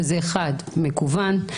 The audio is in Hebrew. דבר אחד זה מקוון,